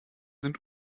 sind